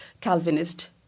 Calvinist